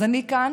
אז אני כאן